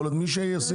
יכול להיות מי שישימו.